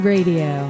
Radio